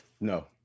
No